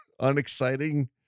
unexciting